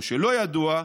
או לא ידוע,